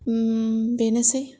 बेनोसै